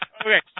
Okay